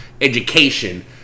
education